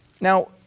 Now